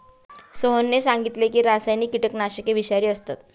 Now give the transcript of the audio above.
सोहनने सांगितले की रासायनिक कीटकनाशके विषारी असतात